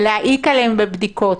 להעיק עליהם בבדיקות.